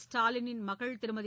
ஸ்டாலினின் மகள் திருமதி